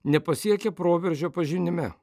nepasiekia proveržio pažinime